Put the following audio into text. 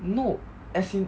no as in